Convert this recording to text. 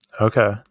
Okay